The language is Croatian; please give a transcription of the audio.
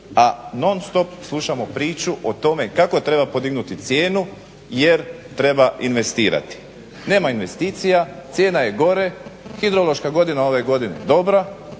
a non stop slušamo priču o tome kako treba podignuti cijenu jer treba investirati. Nema investicija, cijena je gore, hidrološka godina ove godine dobra,